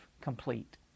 complete